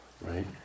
right